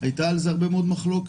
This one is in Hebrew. הייתה על זה הרבה מאוד מחלוקת,